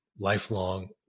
lifelong